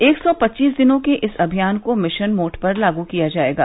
एक सौ पच्चीस दिनों के इस अभियान को मिशन मोड पर लागू किया जाएगा